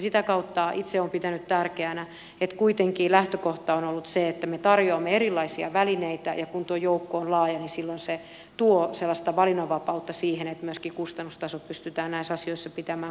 sitä kautta itse olen pitänyt tärkeänä että kuitenkin lähtökohta on ollut se että me tarjoamme erilaisia välineitä ja kun tuo joukko on laaja niin silloin se tuo sellaista valinnanvapautta siihen että myöskin kustannustaso pystytään näissä asioissa pitämään kunnossa